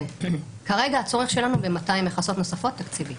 כרגע הצורך שלנו ב-200 מכסות נוספות תקציבית.